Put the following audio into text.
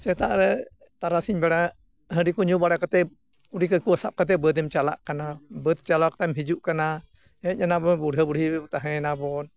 ᱥᱮᱛᱟᱜ ᱨᱮ ᱛᱟᱨᱟᱥᱤᱧ ᱵᱮᱲᱟ ᱦᱟᱺᱰᱤ ᱠᱚ ᱧᱩ ᱵᱟᱲᱟ ᱠᱟᱛᱮ ᱠᱩᱰᱤ ᱠᱟᱹᱠᱷᱟᱹᱣᱟᱹ ᱥᱟᱵ ᱠᱟᱛᱮ ᱵᱟᱹᱫᱮᱢ ᱪᱟᱞᱟᱜ ᱠᱟᱱᱟ ᱵᱟᱹᱫ ᱪᱟᱞᱟᱣ ᱠᱟᱛᱮᱢ ᱦᱤᱡᱩᱜ ᱠᱟᱱᱟ ᱦᱮᱡ ᱮᱱᱟᱵᱚᱱ ᱵᱩᱲᱦᱟᱹ ᱵᱩᱲᱦᱤ ᱛᱟᱦᱮᱭᱮᱱᱟᱵᱚᱱ